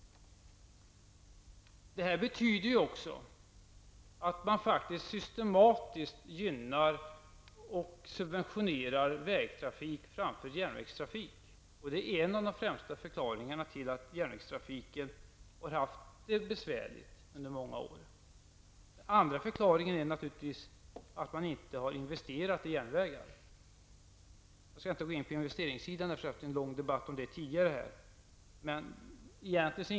Det här betyder också att man systematiskt gynnar och subventionerar vägtrafik framför järnvägstrafik. Det är en av de främsta förklaringarna till att järnvägstrafiken har haft det besvärligt under många år. En annan förklaring är naturligtvis att man inte har investerat i järnvägen. Jag skall nu inte gå in på investeringar eftersom vi har haft en lång debatt om dem tidigare.